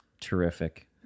Terrific